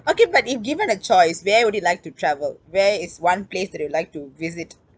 okay but if given a choice where would you like to travel where is one place that you like to visit